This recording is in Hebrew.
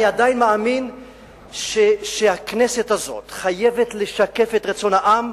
אני עדיין מאמין שהכנסת הזאת חייבת לשקף את רצון העם.